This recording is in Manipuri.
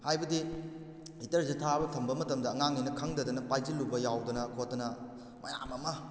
ꯍꯥꯏꯕꯗꯤ ꯍꯤꯇꯔꯁꯤ ꯊꯥꯕ ꯊꯝꯕ ꯃꯇꯝꯗ ꯑꯉꯥꯡꯉꯩꯅ ꯈꯪꯗꯗꯅ ꯄꯥꯏꯁꯤꯜꯂꯨꯕ ꯌꯥꯎꯗꯅ ꯈꯣꯠꯇꯅ ꯃꯌꯥꯝ ꯑꯃ